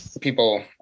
people